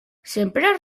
sempre